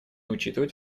учитывать